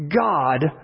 God